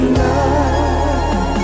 love